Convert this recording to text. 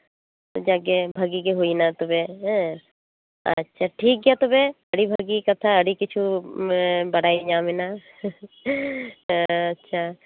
ᱡᱟᱠᱜᱮ ᱵᱷᱟᱜᱮ ᱜᱮ ᱦᱩᱭᱮᱱᱟ ᱛᱚᱵᱮ ᱦᱮᱸ ᱟᱪᱪᱷᱟ ᱴᱷᱤᱠᱜᱮᱭᱟ ᱛᱚᱵᱮ ᱟᱹᱰᱤ ᱵᱷᱟᱜᱮ ᱠᱟᱛᱷᱟ ᱟᱹᱰᱤ ᱠᱤᱪᱷᱩ ᱵᱟᱰᱟᱭ ᱧᱟᱢᱮᱱᱟ ᱟᱪᱪᱷᱟ